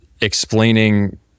explaining